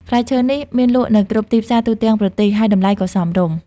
ផ្លែឈើនេះមានលក់នៅគ្រប់ទីផ្សារទូទាំងប្រទេស ហើយតម្លៃក៏សមរម្យ។